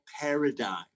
paradigm